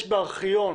יש בארכיון